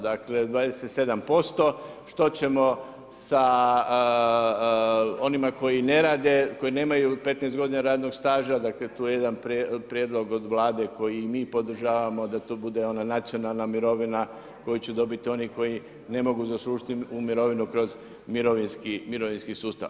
Dakle, 27% što ćemo sa onima koji ne rade, koji nemaju 15 g. radnog staža, dakle, tu je jedan prijedlog od Vlade kojeg i mi podržavamo, da to bude ona nacionalna mirovina, koji će dobiti oni koji ne mogu zaslužiti mirovinu kroz mirovinski sustav.